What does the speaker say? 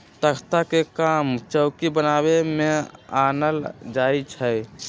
तकख्ता के काम चौकि बनाबे में आनल जाइ छइ